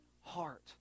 heart